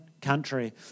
country